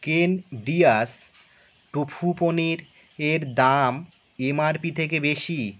কেন ডিয়াস টোফু পনির এর দাম এমআরপি থেকে বেশি